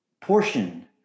portion